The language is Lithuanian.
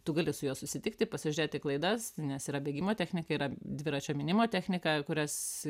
tu gali su juo susitikti pasižiūrėti klaidas nes yra bėgimo technika yra dviračio mynimo technika kurias